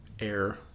air